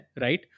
right